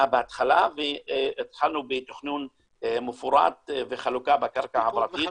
בהתחלה והתחלנו בתכנון מפורט וחלוקה בקרקע הפרטית.